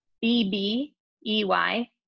B-B-E-Y